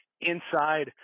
inside